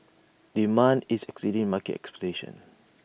demand is exceeding market expectations